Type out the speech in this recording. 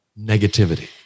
negativity